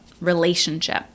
relationship